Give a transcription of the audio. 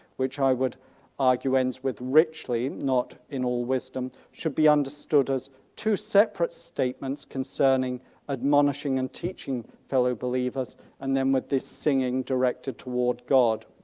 which i would argue ends with richly, not in all wisdom, should be understood as two separate statements concerning admonishing and teaching fellow believers and then with this singing directed toward god.